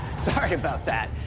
sorry about that,